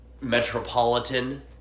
metropolitan